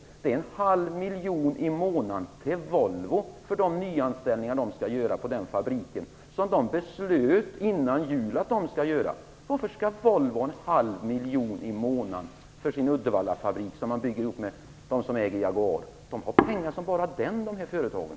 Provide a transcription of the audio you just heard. Det betyder en halv miljon i månaden till Volvo för de nyanställningar som skall göras på den fabriken, nyanställningar som man beslutat före jul att göra. Varför skall Volvo få en halv miljon kronor i månaden för sin Uddevallafabrik som Volvo startar tillsammans med det företag som producerar bilmärket Jaguar? Dessa företag har pengar som bara den.